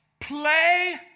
play